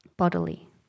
Bodily